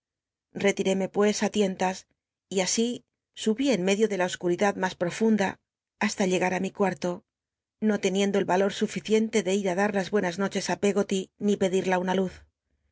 lletiréme pues á lientas y asi subí en medio ele in o ruridad mas prorunda hasta ll rgnr ri biblioteca nacional de españa da vid copperfield mi cuarto no teniendo el a oi uficiente de ir dar las buenas noche pe goty ni pedirla una luz